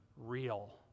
real